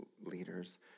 leaders